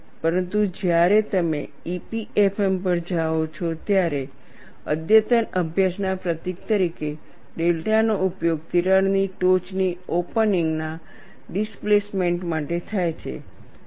પરંતુ જ્યારે તમે EPFM પર જાઓ છો ત્યારે અદ્યતન અભ્યાસના પ્રતીક તરીકે ડેલ્ટા નો ઉપયોગ તિરાડની ટોચ ઓપનિંગના ડિસપ્લેસમેન્ટ માટે થાય છે